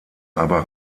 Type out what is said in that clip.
aber